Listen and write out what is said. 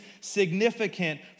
significant